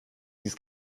dies